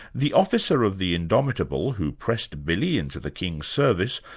the officer of the indomitable who pressed billy into the king's service,